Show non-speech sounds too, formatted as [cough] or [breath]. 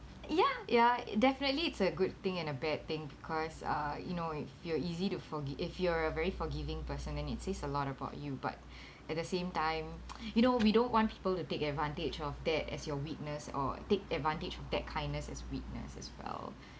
ya ya definitely it's a good thing and a bad thing because uh you know if you're easy to forgi~ if you're a very forgiving person then it says a lot about you but [breath] at the same time [noise] you know we don't want people to take advantage of that as your weakness or take advantage of that kindness as weakness as well